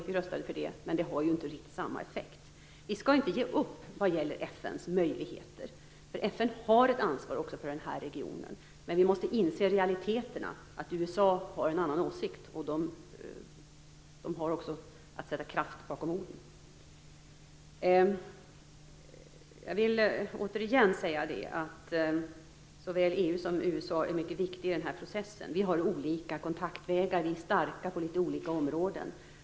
Vi röstade för det, men detta beslut har ju inte riktigt samma effekt. Vi skall inte ge upp vad gäller FN:s möjligheter, för FN har ett ansvar också för den här regionen, men vi måste inse realiteten att USA har en annan åsikt och också sätter kraft bakom orden. Jag vill återigen säga att såväl EU som USA är mycket viktiga i denna process. Vi har olika kontaktvägar, och vi är starka på litet olika områden.